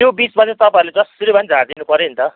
त्यो बिचमा चाहिँ तपाईँहरूले जसरी भए पनि झारिदिनु पऱ्यो नि त